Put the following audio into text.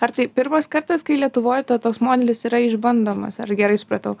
ar tai pirmas kartas kai lietuvoj to toks modelis yra išbandomas ar gerai supratau